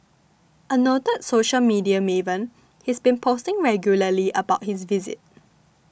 a noted social media maven he's been posting regularly about his visit